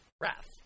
wrath